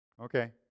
okay